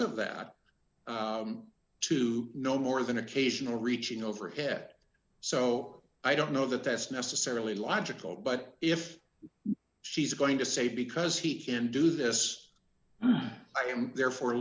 of that to no more than occasional reaching overhead so i don't know that that's necessarily logical but if she's going to say because he can do this i am therefore